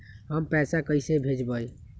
हम पैसा कईसे भेजबई?